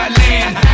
land